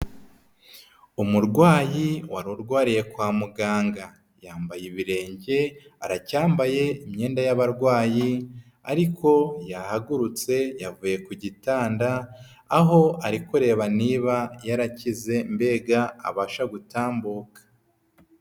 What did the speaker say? Umurwayi wari urwariye kwa muganga yambaye ibirenge aracyambaye imyenda yabarwayi, ariko yahagurutse yavuye ku gitanda, aho arikureba niba yarakize mbega abasha gutambuka.